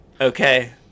Okay